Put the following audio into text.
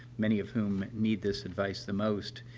many of whom need this advice the most,